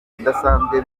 idasanzwe